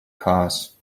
cars